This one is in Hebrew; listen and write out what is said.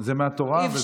זה מהתורה,